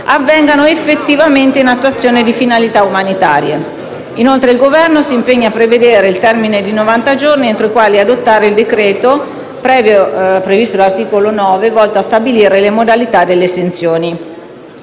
avvengano effettivamente in attuazione di finalità umanitarie. Inoltre, il Governo si impegna a prevedere il termine di novanta giorni entro i quali adottare il decreto, previsto dall'articolo 9, volto a stabilire le modalità delle esenzioni.